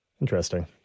interesting